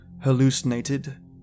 hallucinated